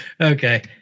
okay